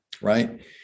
right